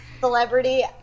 celebrity